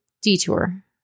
detour